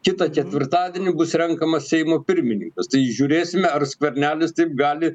kitą ketvirtadienį bus renkamas seimo pirmininkas tai žiūrėsime ar skvernelis taip gali